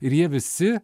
ir jie visi